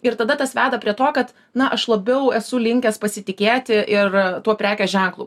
ir tada tas veda prie to kad na aš labiau esu linkęs pasitikėti ir tuo prekės ženklu